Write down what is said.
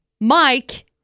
Mike